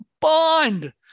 Bond